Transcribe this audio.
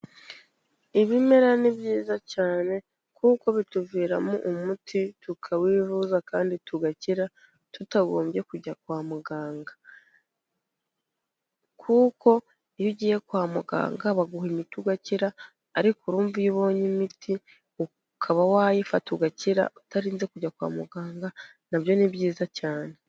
Ibimera ni byiza cyane kuko bituviramo umuti tukawivuza kandi tugakira tutagombye kujya kwa muganga. Kuko iyo ugiye kwa muganga baguha imiti ugakira ariko urumva iyo ubonye imiti ukaba wayifata ugakira utarinze kujya kwa muganga na byo ni byiza cyane.